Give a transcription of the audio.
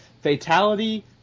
fatality